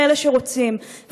לאלה שרוצים.